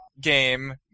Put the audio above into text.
game